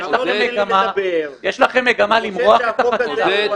שיש לכם מגמה למרוח את החקיקה -- בטח שלא.